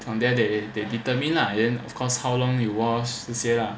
from there they they determine lah then of course how long you wash 这些 lah